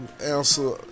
answer